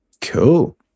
Cool